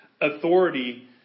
authority